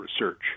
research